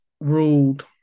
ruled